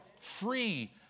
Free